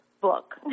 book